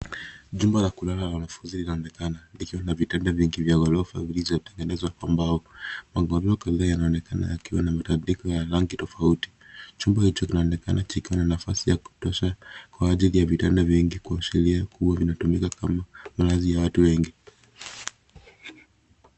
Jumba la kulala la wanafunzi linaonekana likiwa na vitanda vingi vya ghorofa vilivyo tengenezwa kwa mbao. Magodoro kadhaa yanaonekana yakiwa na matandiko ya rangi tofauti. Chumba hicho kinaonekanana kikiwa na nafasi ya kutosha kwa ajili ya vitanda vingi kuashiria kuwa vitatumika kama Malazi ya watu wengi.